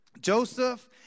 Joseph